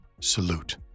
salute